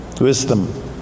Wisdom